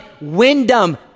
Wyndham